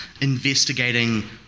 investigating